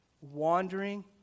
wandering